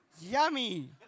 yummy